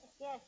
Yes